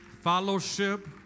Fellowship